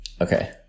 Okay